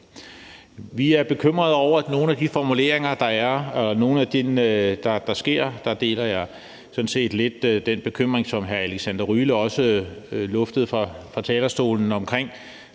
Vi er bekymrede over nogle af de formuleringer, der er, og noget af det, der sker. Der deler jeg sådan set lidt den bekymring, som hr. Alexander Ryle også luftede fra talerstolen, omkring